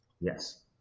yes